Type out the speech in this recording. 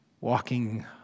walking